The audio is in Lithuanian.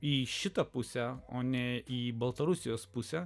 į šitą pusę o ne į baltarusijos pusę